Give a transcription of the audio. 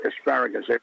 asparagus